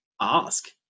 ask